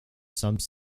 some